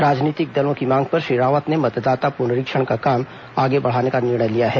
राजनीतिक दलों की मांग पर श्री रावत ने मतदाता पुनरीक्षण का काम आगे बढ़ाने का निर्णय लिया है